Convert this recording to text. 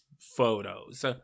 Photos